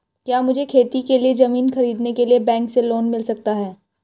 क्या मुझे खेती के लिए ज़मीन खरीदने के लिए बैंक से लोन मिल सकता है?